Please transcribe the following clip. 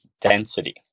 density